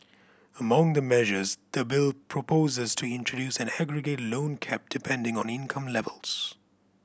among the measures the bill proposes to introduce an aggregate loan cap depending on income levels